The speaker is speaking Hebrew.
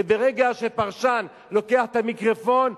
וברגע שפרשן לוקח את המיקרופון,